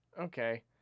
okay